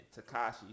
Takashi